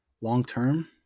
long-term